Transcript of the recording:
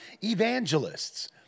evangelists